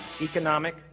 economic